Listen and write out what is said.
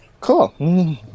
cool